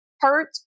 hurt